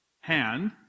hand